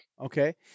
Okay